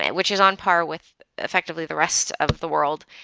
and which is on par with effectively the rest of the world.